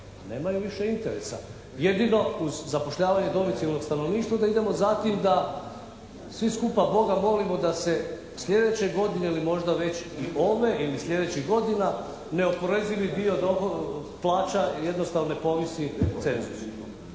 nemaju više interesa. Jedino uz zapošljavanje domicilnog stanovništva da idemo za tim da svi skupa Boga molimo da se slijedeće godine ili možda već i ove ili slijedećih godina neoporezivi dio plaća jednostavno ne povisi cenzus.